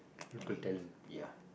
I mean ya